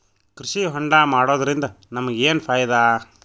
ಕೃಷಿ ಹೋಂಡಾ ಮಾಡೋದ್ರಿಂದ ನಮಗ ಏನ್ ಫಾಯಿದಾ?